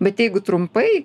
bet jeigu trumpai